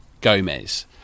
Gomez